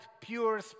pure